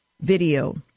video